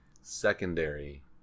secondary